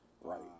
right